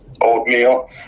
oatmeal